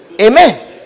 Amen